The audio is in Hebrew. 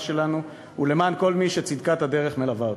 שלנו ולמען כל מי שצדקת הדרך מלווה אותו.